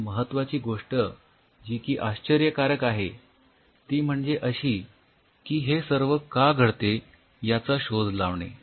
आणि महत्वाची गोष्ट जी की आश्चर्यकारक आहे ती म्हणजे अशी की हे सर्व का घडते याचा शोध लावणे